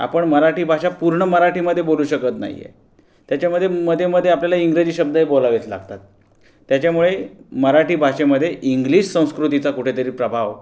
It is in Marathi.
आपण मराठी भाषा पूर्ण मराठीमध्ये बोलू शकत नाही आहे त्याच्यामध्ये मध्ये मध्ये आपल्याला इंग्रजी शब्द बोलावेच लागतात त्याच्यामुळे मराठी भाषेमध्ये इंग्लिश संस्कृतीचा कुठेतरी प्रभाव